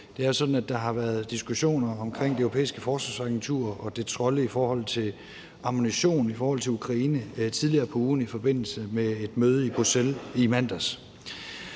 Det er sådan, at der har været diskussioner omkring Det Europæiske Forsvarsagentur og dets rolle i forhold til ammunition i forhold til Ukraine tidligere på ugen i forbindelse med et møde i Bruxelles i mandags.